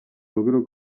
logró